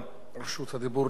רשות הדיבור